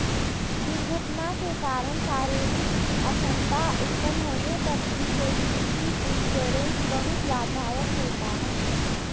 दुर्घटना के कारण शारीरिक अक्षमता उत्पन्न होने पर डिसेबिलिटी इंश्योरेंस बहुत लाभदायक होता है